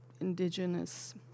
indigenous